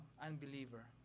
unbeliever